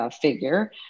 figure